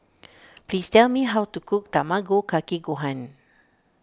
please tell me how to cook Tamago Kake Gohan